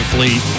Fleet